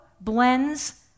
blends